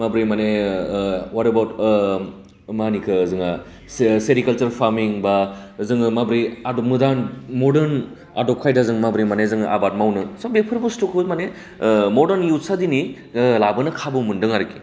माब्रै माने ओ हवाट एबावट ओ मानो होनो इखो जोंहा सेरिकालसार फारमिं बा जोङो माब्रै आदब गोदान मडार्न आदब खायदाजों माब्रै जों माने आबाद मावनो जों बिफोर बुस्थुखौ माने ओ मडार्न इउथ्स आ दिनै लाबोनो खाबु मोन्दों आरखि